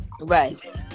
Right